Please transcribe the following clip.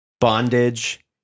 bondage